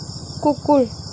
কুকুৰ